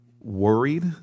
worried